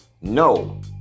No